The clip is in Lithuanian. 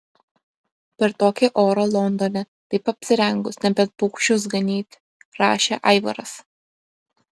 per tokį orą londone taip apsirengus nebent paukščius ganyti rašė aivaras